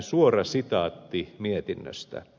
suora sitaatti mietinnöstä